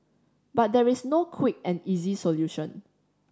but there is no quick and easy solution